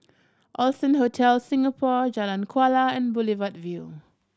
Allson Hotel Singapore Jalan Kuala and Boulevard Vue